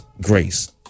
grace